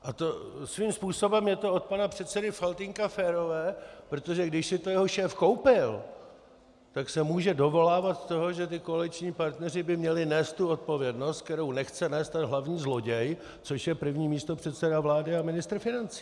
A svým způsobem je to od pana předsedy Faltýnka férové, protože když si to jeho šéf koupil, tak se může dovolávat toho, že koaliční partneři by měli nést tu odpovědnost, kterou nechce nést ten hlavní zloděj, což je první místopředseda vlády a ministr financí!